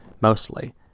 mostly